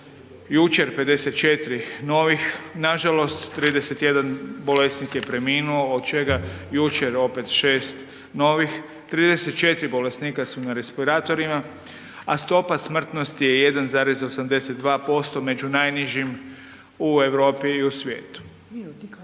jučer 54 novih nažalost, 31 bolesnik je preminuo, od čega jučer opet 6 novih. 34 bolesnika su na respiratorima, a stopa smrtnosti je 1,82%, među najnižim u Europi i u svijetu.